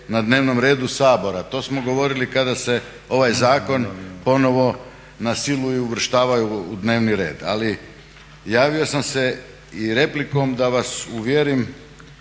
na dnevnom redu Sabora. To smo govorili kada se ovaj zakon ponovno na silu i uvrštava u dnevni red. Ali javio sam se i replikom da vas uvjerim